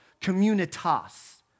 communitas